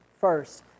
first